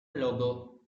logo